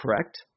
correct